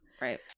right